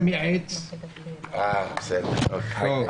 אוקיי.